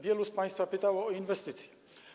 Wielu z państwa pytało o inwestycje.